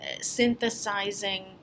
synthesizing